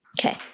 Okay